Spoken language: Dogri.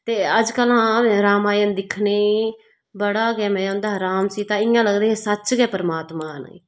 ते अजकल रामायण दिक्खने गी बड़ा गै मजा औंदा हा राम सीता इयां लगदे हे सच गै परमात्मा न